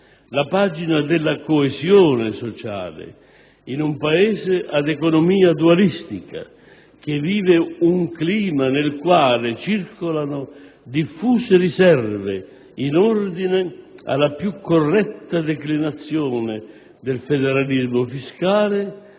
la pagina della coesione sociale in un Paese ad economia dualistica, che vive un clima nel quale circolano diffuse riserve in ordine alla più corretta declinazione del federalismo fiscale